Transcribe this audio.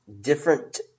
different